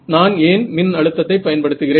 நான் ஏன் மின் அழுத்தத்தை பயன்படுத்துகிறேன்